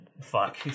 fuck